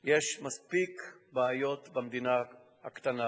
יש מספיק בעיות במדינה הקטנה,